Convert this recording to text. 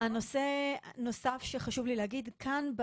נושא נוסף שחשוב לי להגיד כאן,